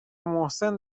محسن